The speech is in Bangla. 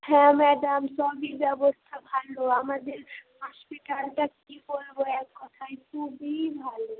হ্যাঁ ম্যাডাম সবই ব্যবস্থা ভালো আমাদের হসপিটালটা কী বলবো এক কথায় খুবই ভালো